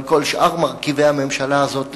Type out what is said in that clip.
אבל כל שאר מרכיבי הממשלה הזאת,